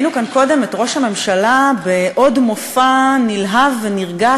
ראינו כאן קודם את ראש הממשלה בעוד מופע נלהב ונרגש,